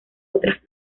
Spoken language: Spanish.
otras